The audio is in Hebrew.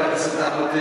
אנחנו ברעידת אדמה.